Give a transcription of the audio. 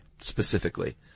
Specifically